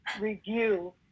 review